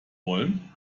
wollen